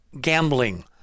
gambling